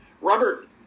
Robert